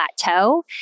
plateau